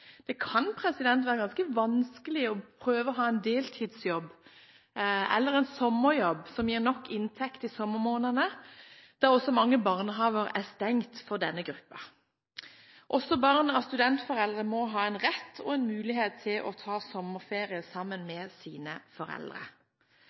Det kan være ganske vanskelig å ha en deltidsjobb eller en sommerjobb som gir nok inntekt i sommermånedene, da også mange barnehager er stengt for denne gruppen. Også barn av studentforeldre må ha rett og mulighet til å ta sommerferie sammen